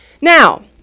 Now